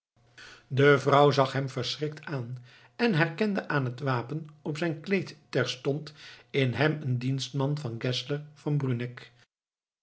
de vrouw zag hem verschrikt aan en herkende aan het wapen op zijn kleed terstond in hem een dienstman van geszler van bruneck